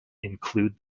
include